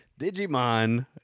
Digimon